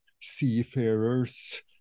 seafarers